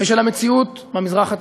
ושל המציאות במזרח התיכון.